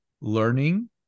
learning